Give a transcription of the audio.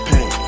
Pain